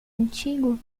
antigo